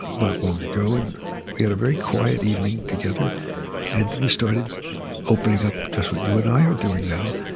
not long ago. and we had a very quiet evening together and we started opening up, just what you and i are doing now.